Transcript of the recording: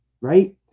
right